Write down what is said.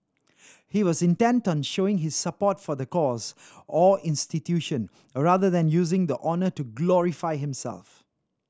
he was intent on showing his support for the cause or institution rather than using the honour to glorify himself